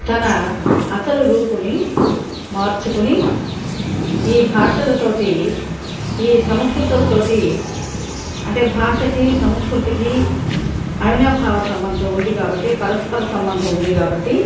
తన అసలు రూపుని మార్చుకుని ఈ భాషలతో ఈ సంస్కృతులతో అంటే భాషకి సంస్కృతికి అవినాభావ సంబంధం ఉంది కాబట్టి పరస్పర సంబంధం ఉంది కాబట్టి